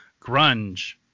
grunge